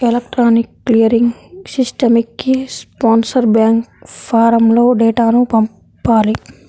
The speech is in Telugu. ఎలక్ట్రానిక్ క్లియరింగ్ సిస్టమ్కి స్పాన్సర్ బ్యాంక్ ఫారమ్లో డేటాను పంపాలి